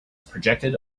projected